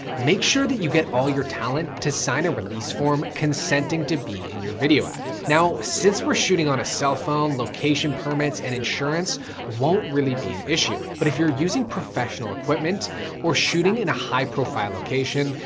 make sure that you get all your talent to sign a release form, consenting to be in your video ad. now, since we're shooting on a cell phone location, permits and insurance won't really be an issue, but if you're using professional equipment or shooting in a high profile location,